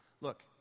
Look